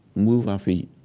move our feet